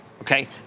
okay